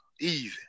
easy